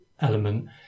element